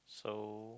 so